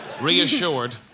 Reassured